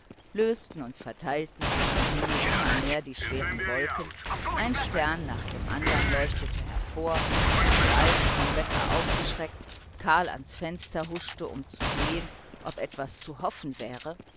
lösten und verteilten sich am himmel immer mehr die schweren wolken ein stern nach dem andern leuchtete hervor und als vom wecker aufgeschreckt karl ans fenster huschte um zu sehen ob etwas zu hoffen wäre